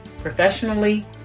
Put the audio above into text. professionally